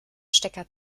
stecker